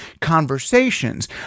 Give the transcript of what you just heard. conversations